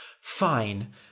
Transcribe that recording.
Fine